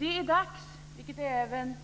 Det är dags, vilket även